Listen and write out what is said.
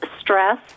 stress